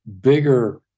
bigger